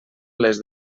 les